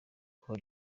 kuba